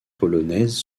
polonaises